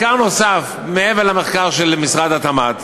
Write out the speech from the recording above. מעבר למחקר של משרד התמ"ת,